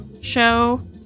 show